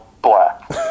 Black